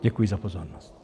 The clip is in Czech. Děkuji za pozornost.